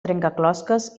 trencaclosques